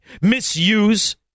Misuse